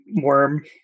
worm